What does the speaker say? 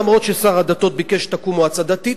אף-על-פי ששר הדתות ביקש שתקום מועצה דתית,